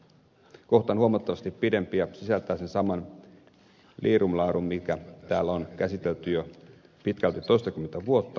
kohta on huomattavasti pidempi ja sisältää sen saman liirumlaarumin mitä täällä on käsitelty jo pitkälti toistakymmentä vuotta